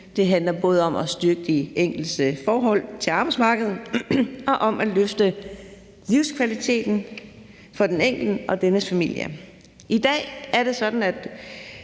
Det handler både om at styrke de enkeltes forhold til arbejdsmarkedet og om at løfte livskvaliteten for den enkelte og dennes familie. I dag er det sådan, at